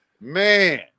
Man